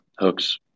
hooks